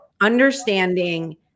understanding